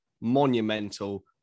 monumental